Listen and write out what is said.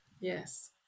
yes